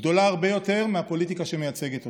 גדולה הרבה יותר מהפוליטיקה שמייצגת אותה.